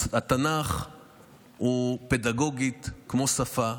פדגוגית, התנ"ך הוא כמו שפה,